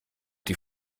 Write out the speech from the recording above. die